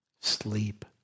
Sleep